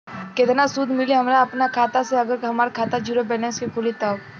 केतना सूद मिली हमरा अपना खाता से अगर हमार खाता ज़ीरो बैलेंस से खुली तब?